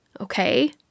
okay